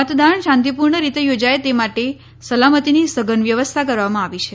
મતદાન શાંતિપૂર્ણ રીતે યોજાય તે માટે સલામતીની સઘન વ્યવસ્થા કરવામાં આવી છે